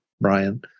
Brian